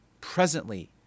Presently